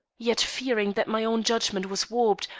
yet, fearing that my own judgment was warped,